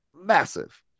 massive